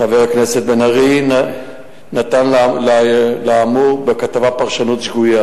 חבר הכנסת מיכאל בן-ארי נתן לאמור בכתבה פרשנות שגויה.